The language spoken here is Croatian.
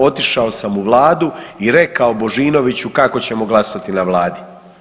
Otišao sam u Vladu i rekao Božinoviću kako ćemo glasati na Vladi.